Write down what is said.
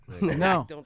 no